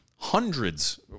Hundreds